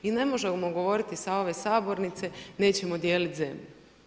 Mi ne možemo govoriti sa ove sabornice, nećemo dijeliti zemlju.